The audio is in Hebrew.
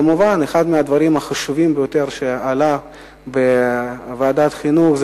אחד הנושאים החשובים ביותר שעלו בוועדת החינוך הוא